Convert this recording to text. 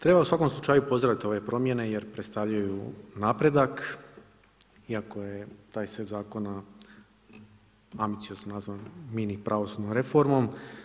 Treba u svakom slučaju pozdraviti ove promjene jer predstavljaju napredak iako je taj set zakona ambiciozno nazvan mini pravosudnom reformom.